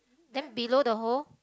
then below the hole